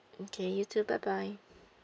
okay you too bye bye